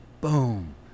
boom